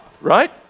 right